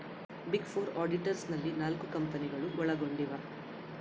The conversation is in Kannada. ಬಿಗ್ ಫೋರ್ ಆಡಿಟರ್ಸ್ ನಲ್ಲಿ ನಾಲ್ಕು ಕಂಪನಿಗಳು ಒಳಗೊಂಡಿವ